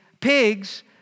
pigs